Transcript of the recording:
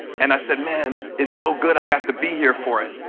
and i said, man, it's so good i got to be here for it.